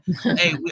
Hey